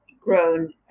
grown